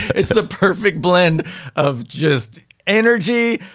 it's the perfect blend of just energy.